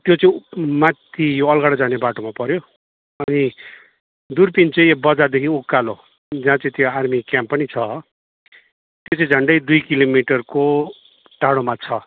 त्यो चाहिँ माथि अलगढा जाने बाटोमा पऱ्यो अनि दुर्पिन चाहिँ बजारदेखि उकालो जहाँ चाहिँ त्यो आर्मी क्याम्प पनि छ त्यो चाहिँ झन्डै दुई किलोमिटरको टाढोमा छ